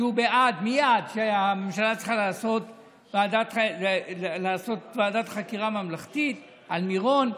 הוא מייד בעד שהממשלה תעשה ועדת חקירה ממלכתית על מירון,